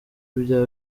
ibya